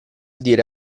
dire